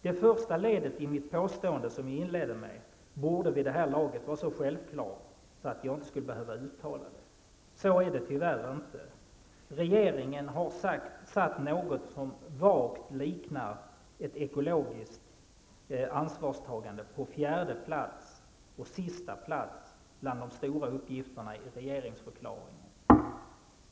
Det första ledet i påståendet som jag inledde med borde vid det här laget vara så självklart att jag inte skulle behöva uttala det. Så är det tyvärr inte. Regeringen har satt något som vagt liknar ett ekologiskt ansvarstagande på fjärde och sista plats bland de stora uppgifterna i regeringsförklaringen.